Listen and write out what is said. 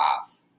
off